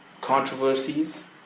controversies